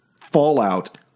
Fallout